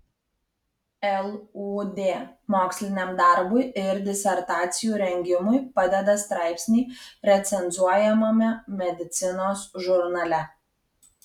lud moksliniam darbui ir disertacijų rengimui padeda straipsniai recenzuojamame medicinos žurnale